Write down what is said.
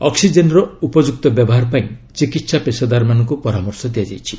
ଅକ୍ଟିଜେନ୍ର ଉପଯୁକ୍ତ ବ୍ୟବହାର ପାଇଁ ଚିକିତ୍ସା ପେଷାଦାରମାନଙ୍କୁ ପରାମର୍ଶ ଦିଆଯାଇଛି